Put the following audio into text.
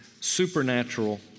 supernatural